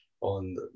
on